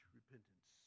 repentance